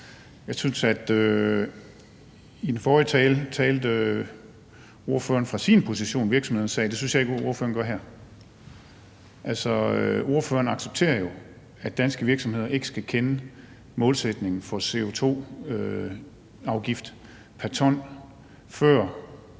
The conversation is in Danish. Jeg synes, at i den forrige tale talte ordføreren fra sin position virksomhedernes sag, og det synes jeg ikke ordføreren gør her. Altså, ordføreren accepterer jo, at danske virksomheder ikke skal kende målsætningen for CO2-afgiften pr. ton, før